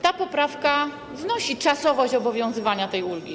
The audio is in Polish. Ta poprawka znosi czasowość obowiązywania tej ulgi.